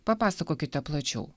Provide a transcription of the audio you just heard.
papasakokite plačiau